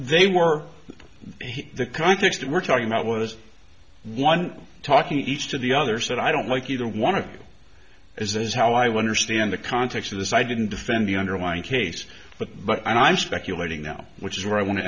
they were the context we're talking about was one talking each to the other said i don't like either one of you is this how i wonder stan the context of this i didn't defend the underlying case but but i'm speculating now which is where i want to